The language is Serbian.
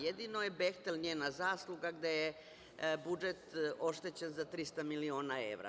Jedino je „Behtel“ njena zasluga gde je budžet oštećen za 300 miliona evra.